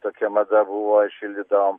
tokia mada buvo šildydavom